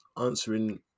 answering